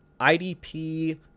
IDP